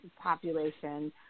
population